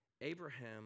Abraham